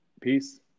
peace